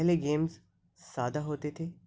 پہلے گیمس سادہ ہوتے تھے